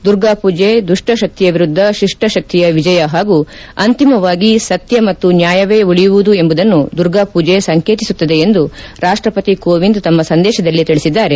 ದುರ್ಗಾಪೂಜೆ ದುಷ್ಟ ಶಕ್ತಿಯ ವಿರುದ್ಧ ಶಿಷ್ಟ ಶಕ್ತಿಯ ವಿಜಯ ಹಾಗೂ ಅಂತಿಮವಾಗಿ ಸತ್ಯ ಮತ್ತು ನ್ಯಾಯವೇ ಉಳಿಯುವುದು ಎಂಬುದನ್ನು ದುರ್ಗಾಪೂಜಿ ಸಂಕೇತಿಸುತ್ತದೆ ಎಂದು ರಾಷ್ಟಪತಿ ಕೋವಿಂದ್ ತಮ್ಮ ಸಂದೇಶದಲ್ಲಿ ತಿಳಿಸಿದ್ದಾರೆ